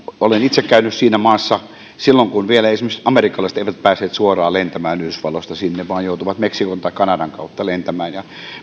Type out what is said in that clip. olen itse käynyt siinä maassa silloin kun vielä esimerkiksi amerikkalaiset eivät päässeet suoraan lentämään yhdysvalloista sinne vaan joutuivat meksikon tai kanadan kautta lentämään ja